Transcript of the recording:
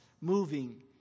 moving